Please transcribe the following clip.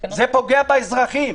זה פוגע באזרחים.